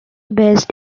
based